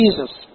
Jesus